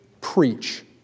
preach